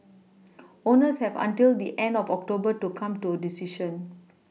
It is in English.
owners have until the end of October to come to a decision